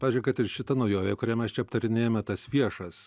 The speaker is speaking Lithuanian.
pavyzdžiui kad ir šita naujovė kurią mes čia aptarinėjame tas viešas